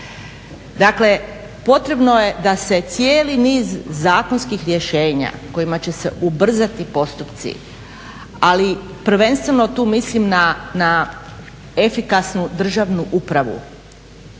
Dakle, potrebno je da se cijeli niz zakonskih rješenja kojima će se ubrzati postupci ali prvenstveno tu mislim na efikasnu državnu upravu